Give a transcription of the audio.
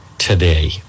Today